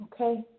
Okay